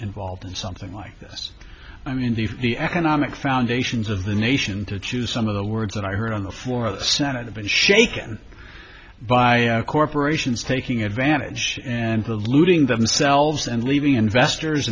involved in something like this i mean the the economic foundations of the nation to choose some of the words and i heard on the floor of the senate have been shaken by corporations taking advantage and the looting themselves and leaving investors